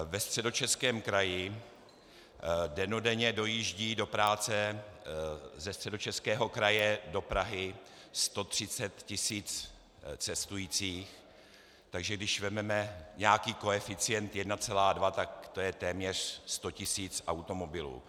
Ve Středočeském kraji dennodenně dojíždí do práce ze Středočeského kraje do Prahy 130 tisíc cestujících, takže když vezmeme nějaký koeficient 1,2, tak to je téměř 100 tisíc automobilů.